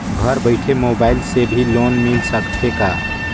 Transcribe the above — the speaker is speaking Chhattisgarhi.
घर बइठे मोबाईल से भी लोन मिल सकथे का?